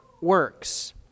works